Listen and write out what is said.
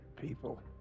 people